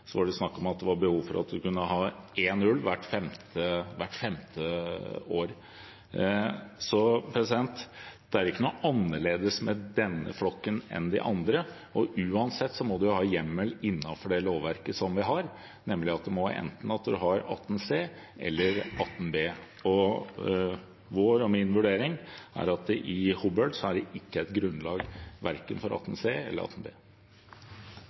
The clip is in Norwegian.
var det snakk om at det var behov for å ha inn én ulv hvert femte år. Så det er ikke noe annerledes med denne flokken enn de andre, og uansett må man ha hjemmel innenfor det lovverket som vi har, enten det er § 18 c eller § 18 b. Vår og min vurdering er at i Hobøl er det ikke grunnlag verken etter § 18 c eller § 18 b.